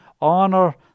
honor